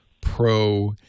Pro